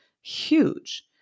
huge